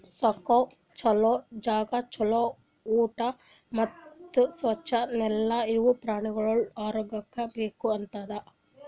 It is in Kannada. ಸಾಕ್ಲುಕ್ ಛಲೋ ಜಾಗ, ಛಲೋ ಊಟಾ ಮತ್ತ್ ಸ್ವಚ್ ನೆಲ ಇವು ಪ್ರಾಣಿಗೊಳ್ದು ಆರೋಗ್ಯಕ್ಕ ಬೇಕ್ ಆತುದ್